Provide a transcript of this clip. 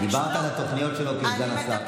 דיברת על התוכניות שלו כסגן השר.